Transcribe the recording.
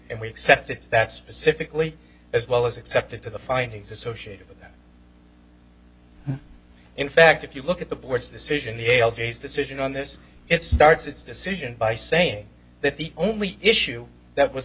and we accepted that specifically as well as accepted to the findings associated with that in fact if you look at the board's decision the l g s decision on this it starts its decision by saying that the only issue that was